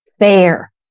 fair